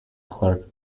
clerk